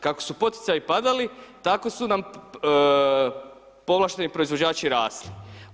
Kako su poticaji padali, tako su nam povlašteni proizvođači rasli.